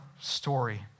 story